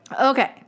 Okay